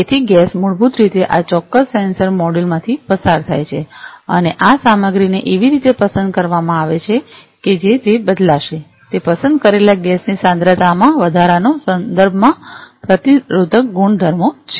તેથી ગેસ મૂળભૂત રીતે આ ચોક્કસ સેન્સર મોડ્યુલમાંથી પસાર થાય છે અને આ સામગ્રીને એવી રીતે પસંદ કરવામાં આવે છે કે જે તે બદલાશે તે પસંદ કરેલા ગેસની સાંદ્રતામાં વધારોના સંદર્ભમાં પ્રતિરોધક ગુણધર્મો છે